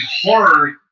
horror